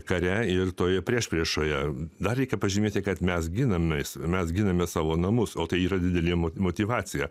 kare ir toje priešpriešoje dar reikia pažymėti kad mes ginamės mes giname savo namus o tai yra didelė motyvacija